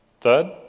Third